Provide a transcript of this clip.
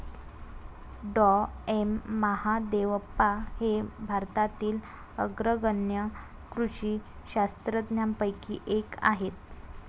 डॉ M Mahadevappa हे भारतातील अग्रगण्य कृषी शास्त्रज्ञांपैकी एक आहेत